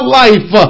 life